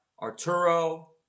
Arturo